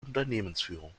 unternehmensführung